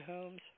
homes